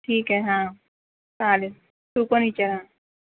ठीक आहे हं चालेल तू पण विचार हं